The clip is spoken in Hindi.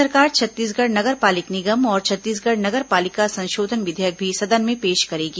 राज्य सरकार छत्तीसगढ़ नगर पालिक निगम और छत्तीसगढ़ नगर पालिका संशोधन विधेयक भी सदन में पेश करेगी